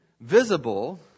visible